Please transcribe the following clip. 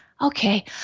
Okay